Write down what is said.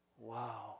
Wow